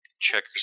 Checkers